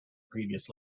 previous